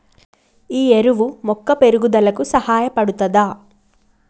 ఈ ఎరువు మొక్క పెరుగుదలకు సహాయపడుతదా?